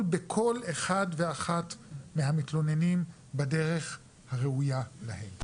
בכל אחד ואחת מהמתלוננים בדרך הראויה להם.